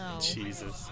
Jesus